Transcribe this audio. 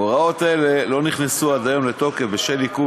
הוראות אלה לא נכנסו עד היום לתוקף בשל עיכוב